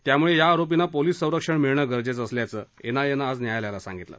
त्यामुळे या आरोपींना पोलिस संरक्षण मिळणं गरजेचं असल्याचं एन आय ए नं आज न्यायालयात सांगितलं